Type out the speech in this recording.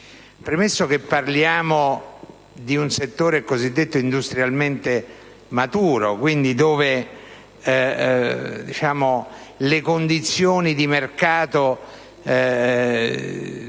Premesso che parliamo di un settore cosiddetto industrialmente maturo, dove le condizioni di mercato